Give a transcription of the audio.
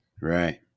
Right